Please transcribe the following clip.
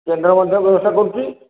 କେନ୍ଦ୍ର ମନ୍ତ୍ରୀ ବ୍ୟବସ୍ଥା କରୁଛି